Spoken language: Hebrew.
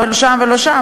ולא שם.